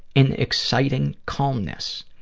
an exciting calmness.